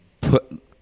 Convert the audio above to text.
put